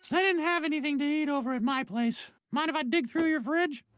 i didn't have anything to eat over at my place. mind if i dig through your fridge?